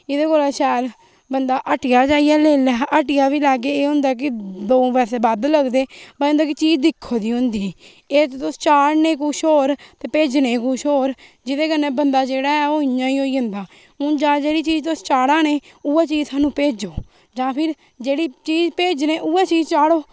एह्दे कोला शैल बंदा हट्टीआ जाइयै लेई लै हट्टीआ बी लैगे ते ऐ होंदा एह्की दो पैसे बद्ध लगदे पर चीज दिक्खी दी होंदी एह् ते तुस चाढ़ने कुछ होर ते भेजने कुछ होर ते जेह्दे कन्ने बंदा जेह्ड़ा एह् ओह् इ'यां गे होई जंदा उन्न जां जेह्ड़ी चीज तुस चाढ़ा ने ओहियो चीज सानु भेजो जां फिर जेह्ड़ी चीज भेजनी उ'यै चाढ़ो